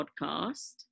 podcast